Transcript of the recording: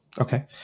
Okay